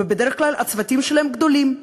ובדרך כלל הצוותים שלהם גדולים,